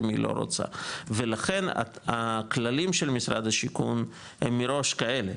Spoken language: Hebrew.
אם היא לא רוצה ולכן הכללים של משרד השיכון הם מראש כאלה,